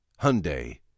Hyundai